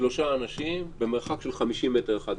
שלושה אנשים במרחק של 50 מטר אחד מהשני.